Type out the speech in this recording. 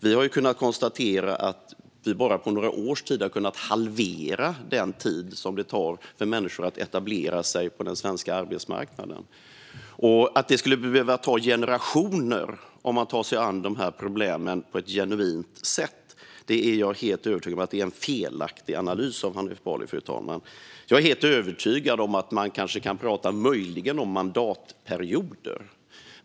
Vi har kunnat konstatera att vi på bara några år har kunnat halvera den tid som det tar för människor att etablera sig på den svenska arbetsmarknaden. Jag är helt övertygad om att det är en felaktig analys av Hanif Bali att det skulle behöva ta generationer att ta sig an dessa problem på ett genuint sätt. Jag är helt övertygad om att man möjligen kan tala om mandatperioder.